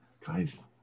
guys